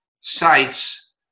sites